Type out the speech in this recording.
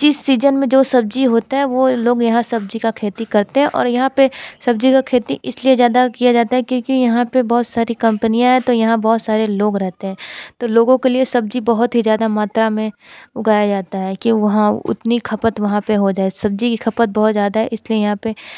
जिस सीजन में जो सब्जी होता है वो लोग यहाँ सब्जी का खेती करते है और यहाँ पे सब्जी का खेती इसलिए ज़्यादा किया जाता है क्योंकि यहाँ पे बहुत सारी कंपनियाँ है तो यहाँ बहुत सारे लोग रहते हैं तो लोगों के लिए सब्जी बहुत ही ज़्यादा मात्रा में उगाया जाता है कि वहाँ उतनी खपत वहाँ पे हो जाए सब्जी की खपत बहुत ज़्यादा है इसलिए यहाँ पे